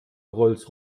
rolls